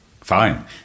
Fine